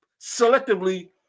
selectively